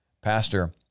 pastor